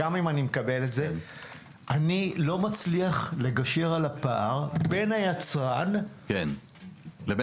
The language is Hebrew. אני לא מצליח לגשר על הפער בין יצרן החלב,